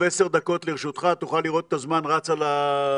עשר דקות לרשותך, תוכל לראות את הזמן רץ על שעון